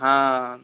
हां